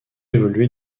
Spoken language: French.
évolué